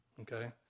okay